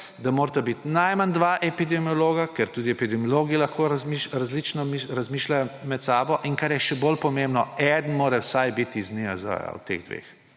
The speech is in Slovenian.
da morata biti najmanj dva epidemiologa, ker tudi epidemiologi lahko različno razmišljajo med seboj, in kar je še bolj pomembno, vsaj eden od teh dveh